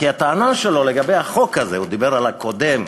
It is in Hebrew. כי הטענה שלו לגבי החוק הזה, הוא דיבר על הקודם,